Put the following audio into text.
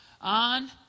on